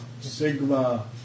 Sigma